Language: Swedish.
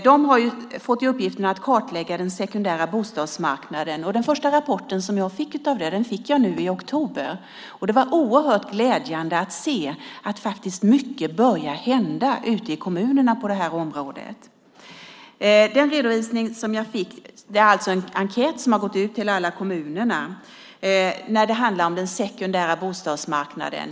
De har fått i uppdrag att kartlägga den sekundära bostadsmarknaden. Jag fick den första rapporten om detta nu i oktober. Det var oerhört glädjande att se att mycket börjar hända ute i kommunerna på det här området. Det är alltså en enkät som har gått ut till alla kommuner och som handlar om den sekundära bostadsmarknaden.